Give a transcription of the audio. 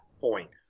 point